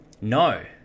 no